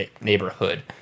neighborhood